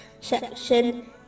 section